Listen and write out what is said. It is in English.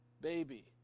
baby